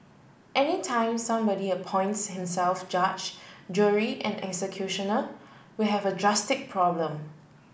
any time somebody appoints himself judge jury and executioner we have a drastic problem